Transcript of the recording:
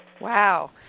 Wow